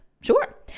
Sure